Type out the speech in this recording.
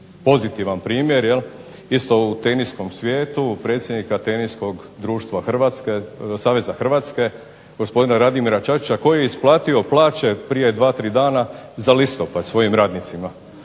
pozitivan primjer, isto u teniskom svijetu, predsjednika Teniskog saveza Hrvatske gospodina Radimira Čačića koji je isplatio plaće prije 2, 3 dana za listopad svojim radnicima.